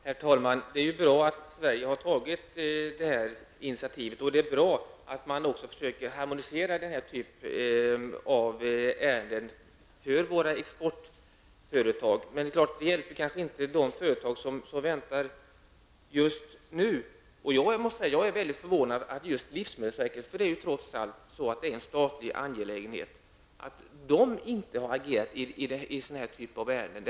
Herr talman! Det är bra att Sverige har tagit detta initiativ, och det är bra att man också försöker harmonisera reglerna för våra exportföretag i den här typen av ärenden. Men det hjälper kanske inte de företag som väntar just nu. Jag är mycket förvånad över att livsmedelsverket, för detta är ju trots allt en statlig angelägenhet, inte har agerat i denna typ av ärenden.